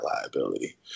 liability